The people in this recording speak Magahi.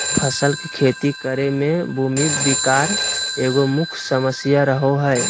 फसल के खेती करे में भूमि विकार एगो मुख्य समस्या रहो हइ